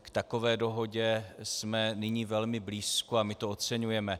K takové dohodě jsme nyní velmi blízko a my to oceňujeme.